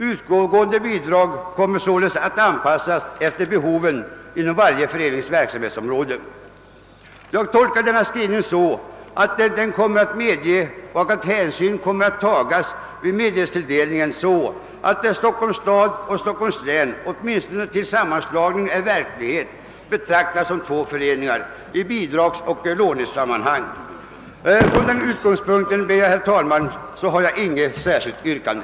Utgående bidrag kommer således att anpassas efter behoven inom varje förenings verksamhetsområde. Jag tolkar denna skrivning så att den medger att sådan hänsyn kan tagas till medelstilldelningen, att Stockholms stad och län åtminstone till dess att sammanslagningen blivit genomförd betraktas som två föreningar i bidragsoch lånemedelssammanhang. Från denna utgångspunkt, herr talman, har jag inget särskilt yrkande.